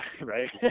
right